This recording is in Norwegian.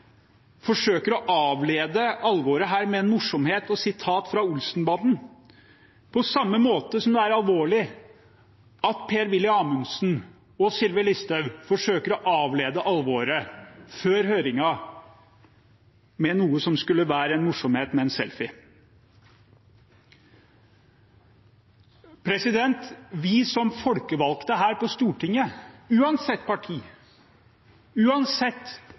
forsøker å avlede alvoret her med en morsomhet og et sitat fra Olsen-banden, på samme måte som det er alvorlig at Per-Willy Amundsen og Sylvi Listhaug forsøkte å avlede alvoret før høringen med noe som skulle være en morsomhet – en selfie. Vi som folkevalgte her på Stortinget – uansett parti, uansett